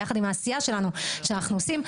ביחד עם העשייה שלנו שאנחנו עושים,